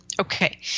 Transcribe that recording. Okay